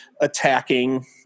attacking